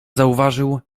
zauważył